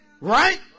Right